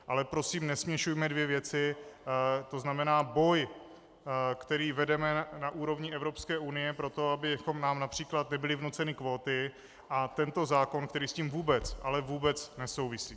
Ale prosím, nesměšujme dvě věci, to znamená boj, který vedeme na úrovni Evropské unie proto, aby nám např. nebyly vnuceny kvóty, a tento zákon, který s tím vůbec, ale vůbec nesouvisí.